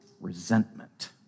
resentment